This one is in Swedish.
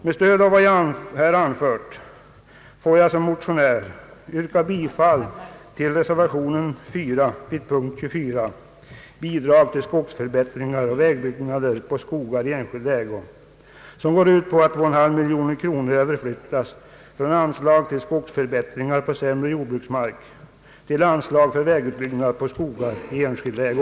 Med stöd av vad jag här anfört får jag som motionär yrka bifall till reservation 4 vid punkten 24 som avser bidrag till skogsförbättringar och vägbyggnader på skogar i enskild ägo och som går ut på att 2,5 miljoner kronor skall överflyttas från anslag till skogsförbättringar på sämre jordbruksmark till anslag för vägutbyggnader på skogar i enskild ägo.